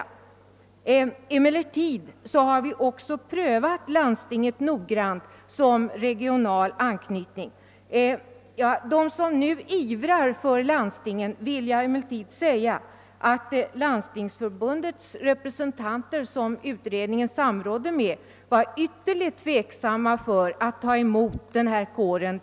Vi har emellertid också noggrant prövat frågan om landstingen som regional anknytning. Till dem som nu ivrar för landstingen vill jag emellertid säga att Svenska landstingsförbundets representanter, som utredningen har samrått med, var ytterligt tveksamma i fråga om att ta emot denna kår.